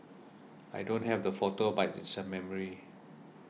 I don't have the photo but it's a memory